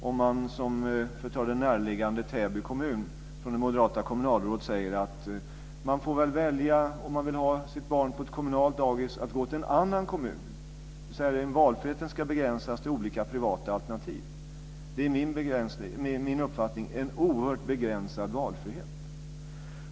Låt mig peka på den närliggande Täby kommun, där det moderata kommunalrådet säger: Man får väl välja att gå till en annan kommun, om man vill ha sitt barn på ett kommunalt dagis. Valfriheten ska alltså begränsas till olika privata alternativ. Det är enligt min uppfattning en oerhört begränsad valfrihet.